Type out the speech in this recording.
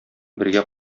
бергә